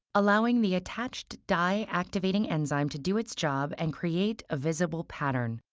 allowing the attached dye-activating enzyme to do its job and create a visible pattern.